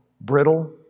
brittle